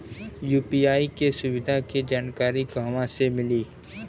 UPI के सुविधा के जानकारी कहवा से मिली?